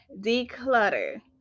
declutter